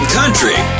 country